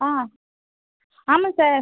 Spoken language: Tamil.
ஆ ஆமாம் சார்